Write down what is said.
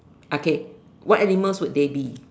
okay what animals would they be